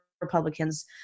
republicans